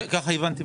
כן, ככה הבנתי.